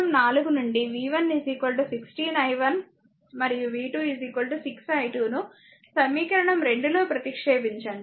V1 16 i 1 మరియు v 2 6 i2 ను సమీకరణం 2 లో ప్రతిక్షేపించండి